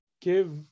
give